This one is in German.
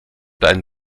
dein